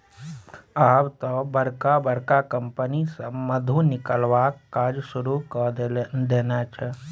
आब तए बड़का बड़का कंपनी सभ मधु निकलबाक काज शुरू कए देने छै